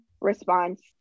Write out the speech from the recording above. response